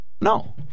No